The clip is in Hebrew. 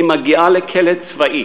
היא מגיעה לכלא צבאי